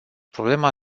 problema